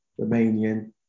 Romanian